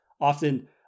often